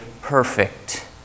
perfect